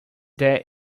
there